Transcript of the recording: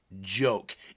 joke